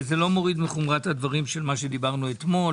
וזה לא מוריד מחומרת הדברים של מה שדיברנו אתמול